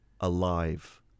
alive